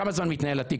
כמה זמן מתנהל התיק?